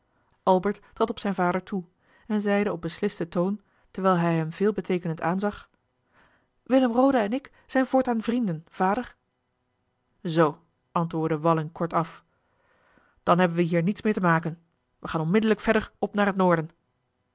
albert trad op zijn vader toe en zeide op beslisten toon terwijl hij hem veelbeteekenend aanzag willem roda en ik zijn voortaan vrienden vader zoo antwoordde walling kort af dan hebben we hier niets meer te maken we gaan onmiddellijk verder op naar het noorden